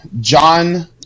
john